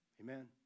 Amen